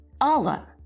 Allah